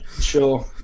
sure